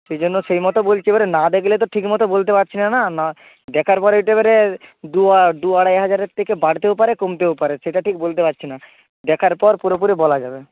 সেই জন্য সেই মতো বলছি এবারে না দেগলে তো ঠিক মতো বলতে পারছি না না দেখার পরে ওইটা পরে দু দু আড়াই হাজারের থেকে বাড়তেও পারে কমতেও পারে সেটা ঠিক বলতে পারছি না দেখার পর পুরোপুরি বলা যাবে